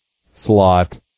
slot